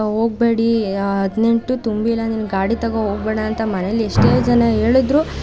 ಹೋಗಬೇಡಿ ಹದಿನೆಂಟು ತುಂಬಿಲ್ಲ ನೀವು ಗಾಡಿ ತಗೊ ಹೋಗಬೇಡ ಅಂತ ಮನೇಲಿ ಎಷ್ಟೇ ಜನ ಹೇಳಿದರು